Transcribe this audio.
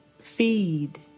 feed